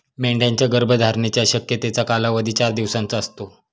मेंढ्यांच्या गर्भधारणेच्या शक्यतेचा कालावधी चार दिवसांचा असतो